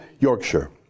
Yorkshire